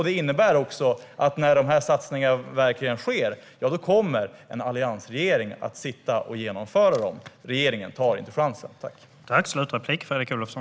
Det innebär också att när satsningarna verkligen sker kommer det att vara en alliansregering som genomför dem. Regeringen tar inte chansen.